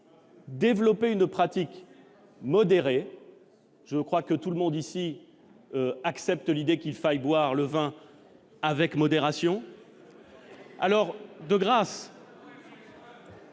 développer une pratique modérée, je crois que tout le monde ici accepte l'idée qu'il faille boire le vin avec modération, alors de grâce.